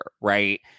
right